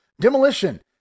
Demolition